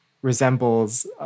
Resembles